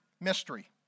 mystery